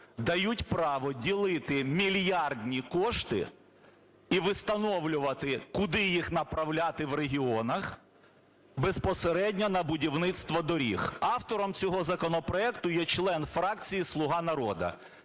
дають право ділити мільярдні кошти і встановлювати, куди їх направляти в регіонах безпосередньо на будівництво доріг. Автором цього законопроекту є член фракції "Слуга народу".